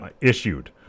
issued